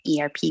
ERP